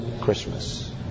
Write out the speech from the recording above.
Christmas